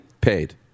paid